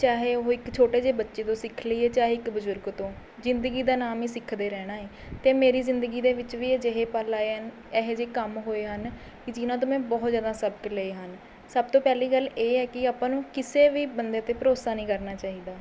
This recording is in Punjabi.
ਚਾਹੇ ਉਹ ਇੱਕ ਛੋਟੇ ਜਿਹੇ ਬੱਚੇ ਤੋਂ ਸਿੱਖ ਲਈਏ ਚਾਹੇ ਇੱਕ ਬਜ਼ੁਰਗ ਤੋਂ ਜ਼ਿੰਦਗੀ ਦਾ ਨਾਮ ਹੀ ਸਿੱਖਦੇ ਰਹਿਣਾ ਏ ਅਤੇ ਮੇਰੀ ਜ਼ਿੰਦਗੀ ਦੇ ਵਿੱਚ ਵੀ ਅਜਿਹੇ ਪਲ ਆਏ ਹਨ ਇਹੋ ਜਿਹੇ ਕੰਮ ਹੋਏ ਹਨ ਜਿਨ੍ਹਾਂ ਤੋਂ ਮੈਂ ਬਹੁਤ ਜ਼ਿਆਦਾ ਸਬਕ ਲਏ ਹਨ ਸਭ ਤੋਂ ਪਹਿਲੀ ਗੱਲ ਇਹ ਹੈ ਕਿ ਆਪਾਂ ਨੂੰ ਕਿਸੇ ਵੀ ਬੰਦੇ 'ਤੇ ਭਰੋਸਾ ਨਹੀਂ ਕਰਨਾ ਚਾਹੀਦਾ